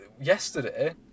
yesterday